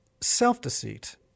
self-deceit